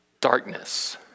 darkness